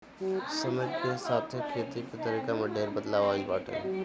समय के साथे खेती के तरीका में ढेर बदलाव आइल बाटे